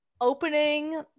opening